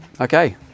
okay